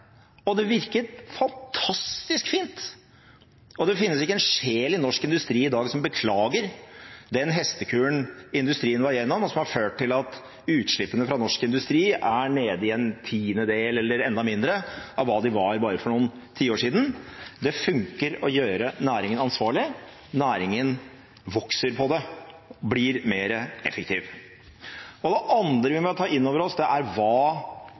media. Det virket fantastisk fint! Det finnes ikke en sjel i norsk industri i dag som beklager den hestekuren industrien var igjennom, og som har ført til at utslippene fra norsk industri er nede i en tiendedel – eller enda mindre – av hva de var bare for noen tiår siden. Det funker å gjøre næringen ansvarlig. Næringen vokser på det, blir mer effektiv. Det andre vi må ta inn over oss, er hva norsk oppdrettsnæring grunnleggende sett går ut på. Det er